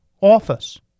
office